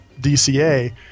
DCA